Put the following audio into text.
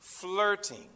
flirting